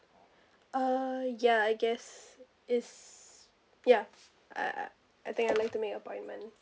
uh ya I guess is ya I I I think I like to make appointment